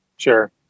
Sure